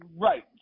Right